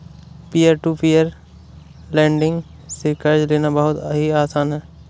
peer to peer lending से कर्ज लेना बहुत ही आसान है